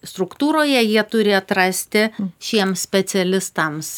struktūroje jie turi atrasti šiems specialistams